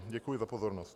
Děkuji za pozornost.